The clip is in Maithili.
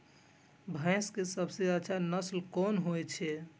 भैंस के सबसे अच्छा नस्ल कोन होय छे?